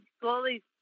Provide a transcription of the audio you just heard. slowly